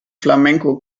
flamenco